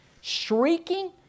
shrieking